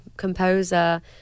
composer